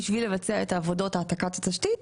בשביל לבצע את עבודות העתקת התשתית.